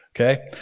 Okay